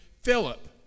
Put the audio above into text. Philip